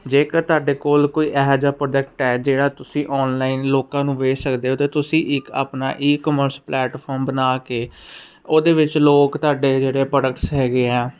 ਜੇਕਰ ਤੁਹਾਡੇ ਕੋਲ ਕੋਈ ਇਹੋ ਜਿਹਾ ਪ੍ਰੋਡਕਟ ਹੈ ਜਿਹੜਾ ਤੁਸੀਂ ਆਨਲਾਈਨ ਲੋਕਾਂ ਨੂੰ ਵੇਚ ਸਕਦੇ ਹੋ ਅਤੇ ਤੁਸੀਂ ਇੱਕ ਆਪਣਾ ਈ ਕਮਰਸ ਪਲੈਟਫੋਮ ਬਣਾ ਕੇ ਉਹਦੇ ਵਿੱਚ ਲੋਕ ਤੁਹਾਡੇ ਜਿਹੜੇ ਪ੍ਰੋਡਕਟਸ ਹੈਗੇ ਆ